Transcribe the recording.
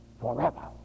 forever